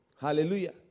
Hallelujah